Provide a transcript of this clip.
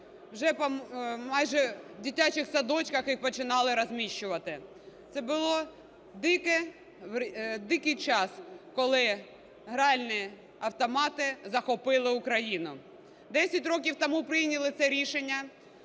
вже майже в дитячих садочках їх починали розміщувати, це був дикий час, коли гральні автомати захопили Україну. Десять років тому прийняли це рішення